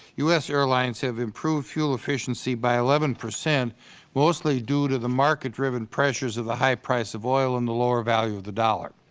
u s. airlines have improved fuel efficiency by eleven percent mostly due to the market driven pressures of the high price of oil and the lower value of the dollar.